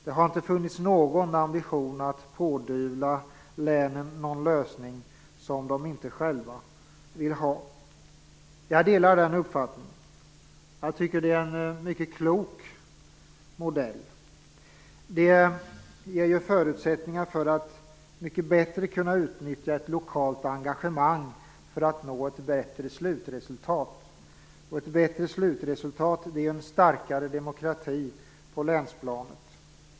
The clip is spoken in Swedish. Det har inte funnits någon ambition att pådyvla länen någon lösning som de inte själva vill ha. Jag delar den uppfattningen. Jag tycker att det är en mycket klok modell. Det ger förutsättningar för att mycket bättre kunna utnyttja ett lokalt engagemang för att nå ett bättre slutresultat, och ett bättre slutresultat är ju en starkare demokrati på länsplanet.